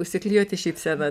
užsiklijuoti šypseną